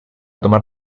tomar